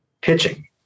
pitching